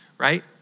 right